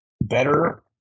better